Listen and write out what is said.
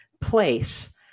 place